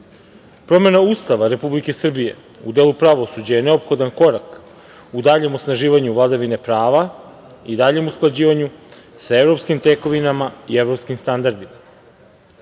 Ustava Republike Srbije u delu pravosuđa je neophodan korak, u daljem osnaživanju vladavine prava i daljem usklađivanju sa evropskim tekovinama i evropskim standardima.